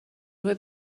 گروه